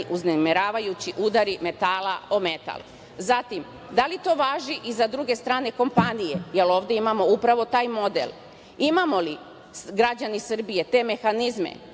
uznemiravajući udari metala o metal? Zatim, da li to važi i za druge strane kompanije, jer ovde imamo upravo taj model, imamo li građani Srbije te mehanizme,